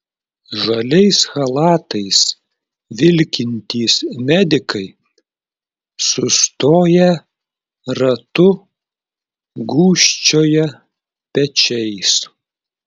žaliais chalatais vilkintys medikai sustoję ratu gūžčioja pečiais